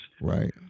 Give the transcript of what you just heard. Right